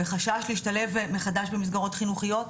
וחשש להשתלב מחדש במסגרות חינוכיות.